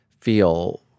feel